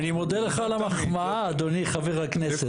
אני מודה לך על המחמאה, אדוני חבר הכנסת.